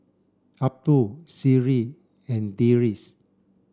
Abdul Seri and Deris